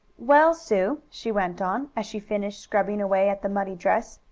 well, sue, she went on, as she finished scrubbing away at the muddy dress.